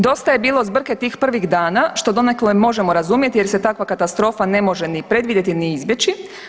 Dosta je bilo zbrke tih prvih dana što donekle možemo razumjeti, jer se takva katastrofa ne može ni predvidjeti, ni izbjeći.